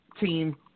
team